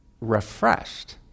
refreshed